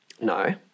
no